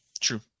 True